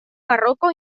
barroco